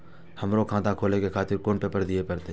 हमरो खाता खोले के खातिर कोन पेपर दीये परतें?